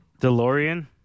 Delorean